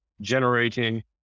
generating